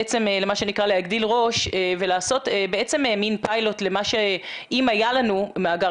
בעצם להגדיל ראש ולעשות מן פיילוט למה שאם היה לנו מאגר